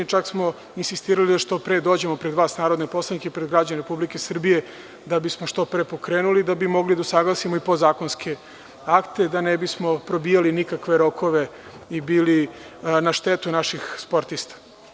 Čak smo insistirali da što pre dođemo pred vas, narodne poslanike,i pred građane Republike Srbije da bismo što pre pokrenuli, da bi mogli da usaglasimo i podzakonske akte, da ne bismo probijali nikakve rokove i bili na štetu naših sportista.